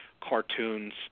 cartoons